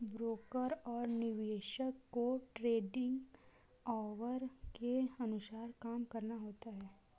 broker और निवेशक को ट्रेडिंग ऑवर के अनुसार काम करना होता है